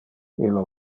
illo